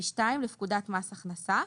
ו-(2) לפקודת מס הכנסה.